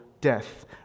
death